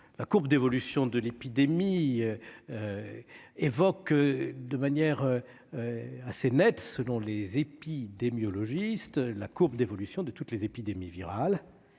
la courbe d'évolution de l'épidémie évoque de manière assez nette, selon les épidémiologistes, celle de toutes les épidémies virales